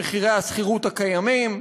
במחירי השכירות הקיימים.